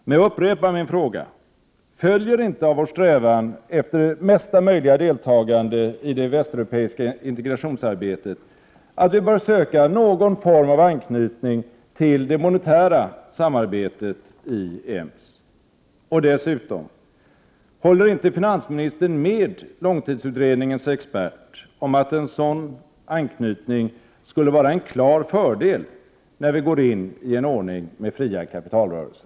Men jag upprepar min fråga: Följer det inte av vår strävan efter mesta möjliga deltagande i det västeuropeiska integrationsarbetet att vi bör söka någon form av anknytning till det monetära samarbetet i EMS? Och dessutom: Håller inte finansministern med långtidsutredningens expert om att en sådan anknytning skulle vara en klar fördel, när vi går in i en ordning med fria kapitalrörelser?